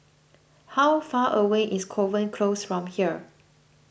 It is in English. how far away is Kovan Close from here